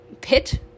pit